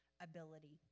ability